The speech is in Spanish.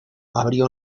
abrió